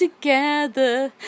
together